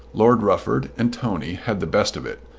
lord rufford, and tony had the best of it,